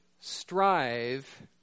strive